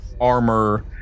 armor